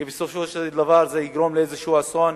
כי בסופו של דבר זה יגרום לאיזה אסון